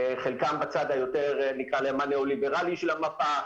חלקם בצד היותר הנאו ליברלי של המפה,